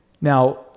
now